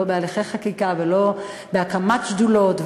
לא בהליכי חקיקה ולא בהקמת שדולות.